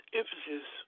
emphasis